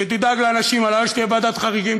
שתדאג לאנשים הללו שתהיה ועדת חריגים,